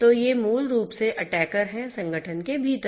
तो ये मूल रूप से अटैकर हैं संगठन के भीतर